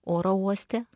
oro uoste